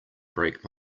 break